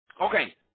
Okay